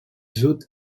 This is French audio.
hauts